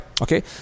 okay